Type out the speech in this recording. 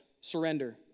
surrender